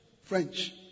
French